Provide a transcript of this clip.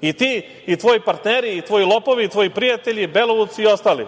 i ti i tvoji partneri, tvoji lopovi, tvoji prijatelji, Belovuci i ostali.